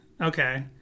Okay